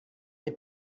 n’ai